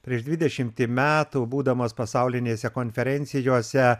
prieš dvidešimtį metų būdamas pasaulinėse konferencijose